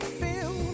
feel